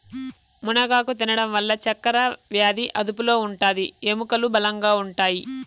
మునగాకు తినడం వల్ల చక్కరవ్యాది అదుపులో ఉంటాది, ఎముకలు బలంగా ఉంటాయి